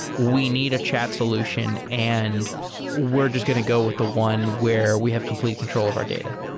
we need a chat solution and we're just going to go with the one where we have complete control of our data.